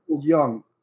young